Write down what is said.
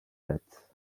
date